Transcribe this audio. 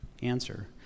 answer